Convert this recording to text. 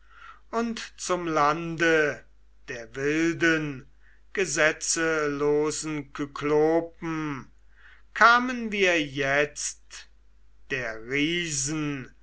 und zum lande der wilden gesetzelosen kyklopen kamen wir jetzt der riesen